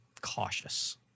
cautious